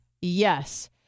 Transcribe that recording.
yes